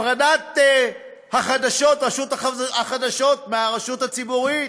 הפרדת רשות החדשות מהרשות הציבורית,